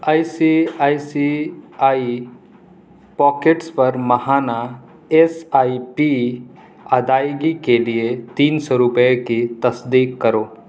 I C I C I pockets پر ماہانہ S I P ادائیگی کے لیے تین سو روپئے کی تصدیق کرو